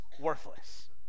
worthless